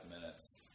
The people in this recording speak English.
minutes